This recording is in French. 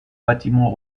bâtiment